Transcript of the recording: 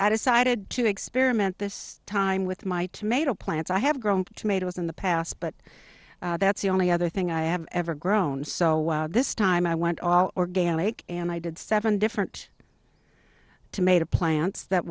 i decided to experiment this time with my tomato plants i have grown tomatoes in the past but that's the only other thing i have ever grown so this time i went all organic and i did seven different tomato plants that